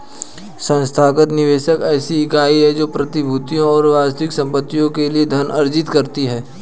संस्थागत निवेशक ऐसी इकाई है जो प्रतिभूतियों और वास्तविक संपत्तियों के लिए धन अर्जित करती है